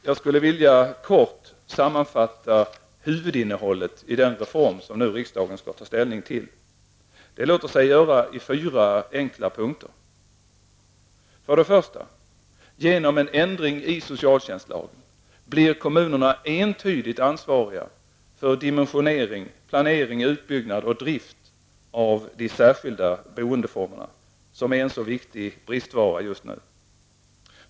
Jag skulle vilja kort sammanfatta huvudinnehållet i den reform som riksdagen nu skall ta ställning till. Det låter sig göra sig i fyra enkla punkter. För det första genom en ändring i socialtjänstlagen blir kommunerna entydigt ansvariga för dimensionering, planering, utbyggnad och drift av de särskilda boendeformerna som är så viktiga men just nu en bristvara.